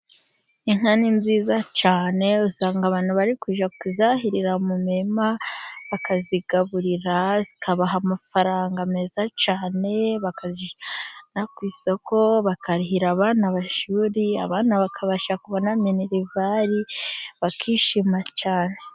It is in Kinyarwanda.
Inka ni nziza cyane, usanga abantu bari kujya kuzahirira mu mirima bakazigaburira, zikabaha amafaranga meza cyane, bakazijyana ku isoko, bakarihira abana amashuri abana bakabasha kubona minerivari bakishima cyane.